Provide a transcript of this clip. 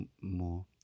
more